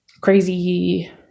crazy